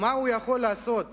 מה הוא יכול לעשות